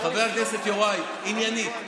חבר הכנסת יוראי, עניינית.